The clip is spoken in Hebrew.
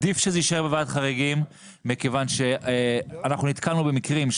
עדיף שזה יישאר בוועדת חריגים מכיוון שנתקלנו במקרים,